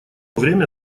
время